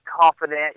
confident